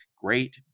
great